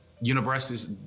universities